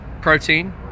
protein